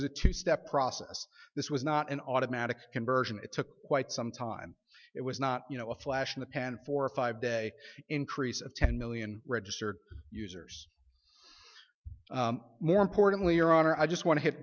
was a two step process this was not an automatic conversion it took quite some time it was not you know a flash in the pan for a five day increase of ten million registered users more importantly your honor i just want to